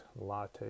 latte